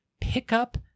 pickup